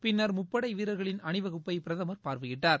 பின்னர் முப்படை வீரர்களின் அணிவகுப்பை பிரதமர் பார்வையிட்டார்